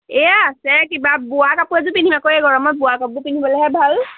এই আছে কিবা বোৱা কাপোৰ এযোৰ পিন্ধি মই বোৱা কাপোৰ পিন্ধিবলেহে ভাল